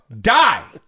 die